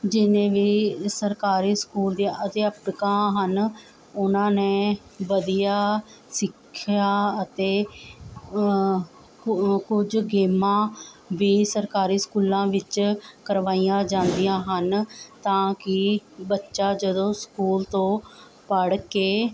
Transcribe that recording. ਜਿੰਨੇ ਵੀ ਸਰਕਾਰੀ ਸਕੂਲ ਦੇ ਅਧਿਆਪਕਾਂ ਹਨ ਉਹਨਾਂ ਨੇ ਵਧੀਆ ਸਿੱਖਿਆ ਅਤੇ ਕੁ ਕੁਝ ਗੇਮਾਂ ਵੀ ਸਰਕਾਰੀ ਸਕੂਲਾਂ ਵਿੱਚ ਕਰਵਾਈਆਂ ਜਾਂਦੀਆਂ ਹਨ ਤਾਂ ਕਿ ਬੱਚਾ ਜਦੋਂ ਸਕੂਲ ਤੋਂ ਪੜ੍ਹ ਕੇ